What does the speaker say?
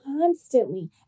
constantly